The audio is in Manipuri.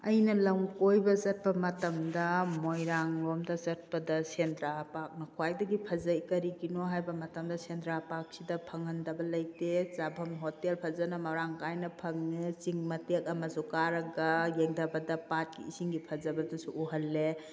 ꯑꯩꯅ ꯂꯝ ꯀꯣꯏꯕ ꯆꯠꯄ ꯃꯇꯝꯗ ꯃꯣꯏꯔꯥꯡ ꯂꯣꯝꯗ ꯆꯠꯄꯗ ꯁꯦꯟꯗ꯭ꯔꯥ ꯄꯥꯛꯅ ꯈ꯭ꯋꯥꯏꯗꯒꯤ ꯐꯖꯩ ꯀꯔꯤꯒꯤꯅꯣ ꯍꯥꯏꯕ ꯃꯇꯝꯗ ꯁꯦꯟꯗ꯭ꯔꯥ ꯄꯥꯛꯁꯤꯗ ꯐꯪꯍꯟꯗꯕ ꯂꯩꯇꯦ ꯆꯥꯐꯝ ꯍꯣꯇꯦꯜ ꯐꯖꯅ ꯃꯔꯥꯡ ꯀꯥꯏꯅ ꯐꯪꯏ ꯆꯤꯡ ꯃꯇꯦꯛ ꯑꯃꯁꯨ ꯀꯥꯔꯒ ꯌꯦꯡꯊꯕꯗ ꯄꯥꯠꯀꯤ ꯏꯁꯤꯡꯒꯤ ꯐꯖꯕꯗꯨꯁꯨ ꯎꯍꯜꯂꯦ